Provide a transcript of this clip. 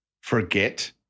forget